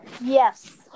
Yes